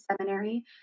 seminary